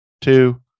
two